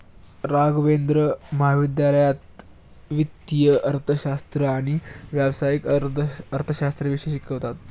राघवेंद्र महाविद्यालयात वित्तीय अर्थशास्त्र आणि व्यावसायिक अर्थशास्त्र विषय शिकवतात